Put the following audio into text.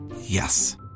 Yes